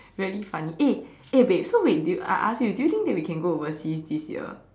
really funny eh eh babe so wait do you I ask you do you think we can go overseas this year